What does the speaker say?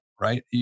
right